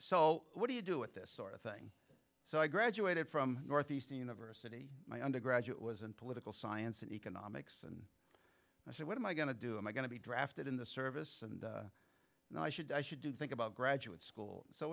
so what do you do with this sort of thing so i graduated from northeastern university my undergraduate was in political science and economics and i said what am i going to do and i'm going to be drafted in the service and now i should i should do think about graduate school so i